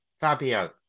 Fabio